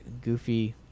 Goofy